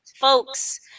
folks